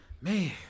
Man